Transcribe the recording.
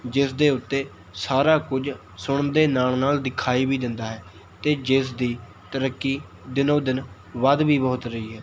ਜਿਸ ਦੇ ਉੱਤੇ ਸਾਰਾ ਕੁਝ ਸੁਣਨ ਦੇ ਨਾਲ਼ ਨਾਲ਼ ਦਿਖਾਈ ਵੀ ਦਿੰਦਾ ਹੈ ਅਤੇ ਜਿਸ ਦੀ ਤਰੱਕੀ ਦਿਨੋ ਦਿਨ ਵੱਧ ਵੀ ਬਹੁਤ ਰਹੀ ਹੈ